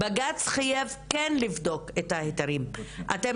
בג"ץ חייב כן לבדוק את ההיתרים ואתם